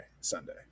Sunday